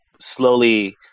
Slowly